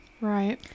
right